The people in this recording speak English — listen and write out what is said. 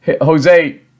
Jose